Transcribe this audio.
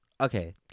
Okay